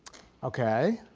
okay